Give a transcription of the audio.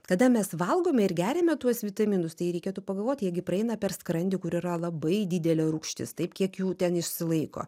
kada mes valgome ir geriame tuos vitaminus tai reikėtų pagalvoti jie gi praeina per skrandį kur yra labai didelė rūgštis taip kiek jų ten išsilaiko